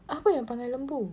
apa yang perangai lembu